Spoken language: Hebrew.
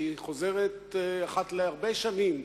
והיא חוזרת אחת להרבה שנים,